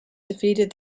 defeated